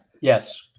Yes